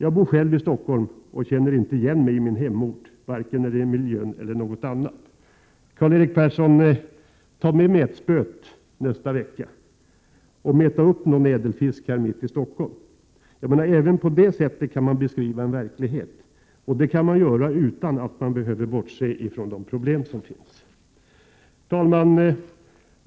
Jag bor själv i Stockholm och känner inte i denna reservation igen mig i min hemort, varken när det gäller miljön eller något annat. Karl-Erik Persson, ta med metspöet nästa vecka och meta upp en ädelfisk mitt i 29 Stockholm! Även på det sättet kan man beskriva en verklighet, och det kan man göra utan att bortse från de problem som finns. Herr talman!